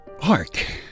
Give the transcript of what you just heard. hark